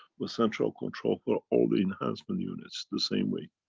with central control for all the enhancement units, the same way.